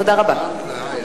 תודה רבה.